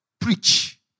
Preach